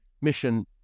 mission